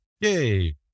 yay